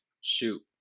Shoot